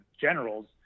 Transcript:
generals